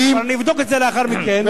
אבל נבדוק את זה לאחר מכן.